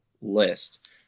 list